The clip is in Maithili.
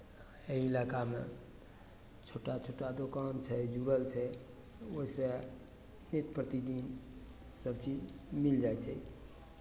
एहि इलाकामे छोटा छोटा दोकान छै जुड़ल छै ओहिसँ नित्य प्रतिदिन सभचीज मिल जाइ छै